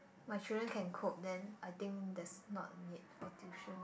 my children can cope then I think there's not need for tuition